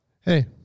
Hey